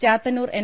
Chathannoor N